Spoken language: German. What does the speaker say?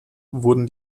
wurden